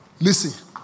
Listen